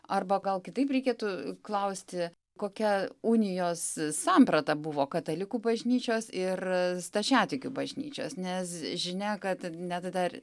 arba gal kitaip reikėtų klausti kokia unijos samprata buvo katalikų bažnyčios ir stačiatikių bažnyčios nes žinia kad net dar